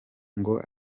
ngo